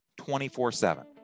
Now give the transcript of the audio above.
24-7